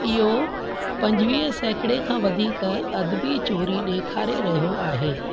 इहो पंजवीह सेकड़े खां वधीक अदबी चोरी ॾेखारे रहियो आहे